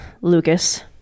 lucas